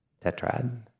tetrad